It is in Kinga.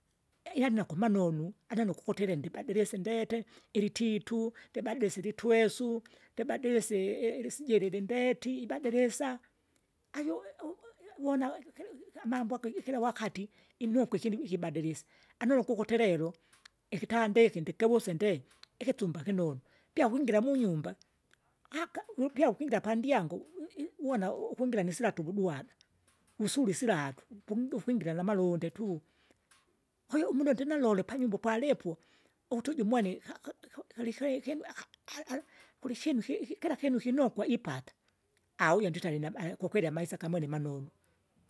Eyani nakumanonu, anenu ukukutire ndibadilise ndete, ilititu, libadilise ilitwesu, libadilise ili sijili ndeti, ibadilisa, aiyo uwona ikiliki ikya amambo ago ikila wakati, inukwa inukwa ikindi ikibadilise, anuluka ukuti lelo, ikitanda iki ndikiwuse ndee, ikisumba kinonu, Pyawingira munyumba, aka! wupya wukwingira panndyango, wui uwona ukwingira nisilato wudwada, wusula isilato, pumda ufwingira namalundi tu, kwahiyo umuda ndinalole panyumba upalipo, ukutu uju umwane ka- ka- kalike ikinu aka ali- ali- ikinu iki iki kila kinu kinokwa ipata. ujo nditale nama ali kwakweli amaisa kamwene manonu.